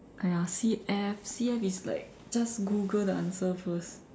!aiya! C_F C_F is like just Google the answer first